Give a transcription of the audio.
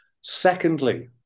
Secondly